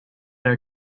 her